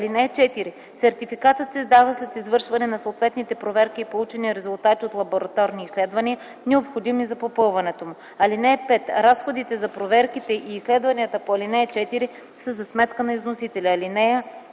служба. (4) Сертификатът се издава след извършване на съответните проверки и получени резултати от лабораторни изследвания, необходими за попълването му. (5) Разходите за проверките и изследванията по ал. 4 са за сметка на износителя. (6)